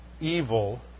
evil